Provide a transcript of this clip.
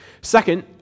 Second